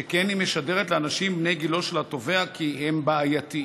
שכן היא משדרת לאנשים בני גילו של התובע כי הם בעייתיים